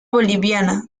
boliviana